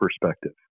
perspective